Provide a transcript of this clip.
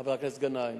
חבר הכנסת גנאים,